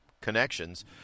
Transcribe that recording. connections